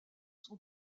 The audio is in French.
son